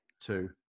two